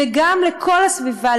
וגם לכל הסביבה,